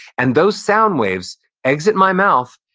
and those sound waves exit my mouth,